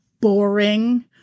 boring